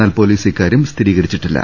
എന്നാൽ പോലിസ് ഇക്കാര്യം സ്ഥിരീകരിച്ചിട്ടില്ല